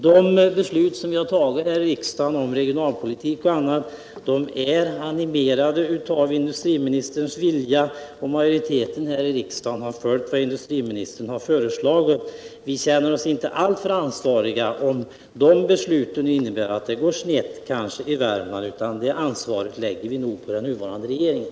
De beslut som vi har fattat här i riksdagen om regionalpolitik och annat är animerade av industriministerns vilja, och majoriteten i riksdagen har följt vad industriministern föreslagit. Vi känner oss inte alltför ansvariga, om de besluten innebär att det kanske går snett i Värmland, utan det ansvaret lägger vi nog på den nuvarande regeringen.